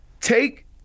take –